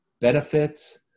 benefits